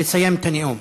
לסיים את הנאום.